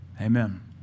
Amen